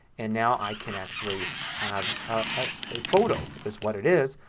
and now i can actually have ah a photo, is what it is,